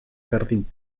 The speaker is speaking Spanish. jardín